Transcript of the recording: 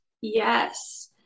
Yes